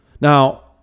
now